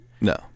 No